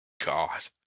God